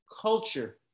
culture